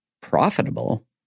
profitable